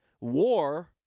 war